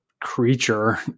creature